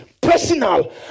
personal